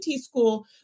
school